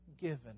given